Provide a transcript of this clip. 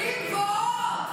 מילים גבוהות,